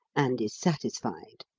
and is satisfied.